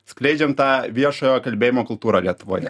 skleidžiant tą viešojo kalbėjimo kultūrą lietuvoje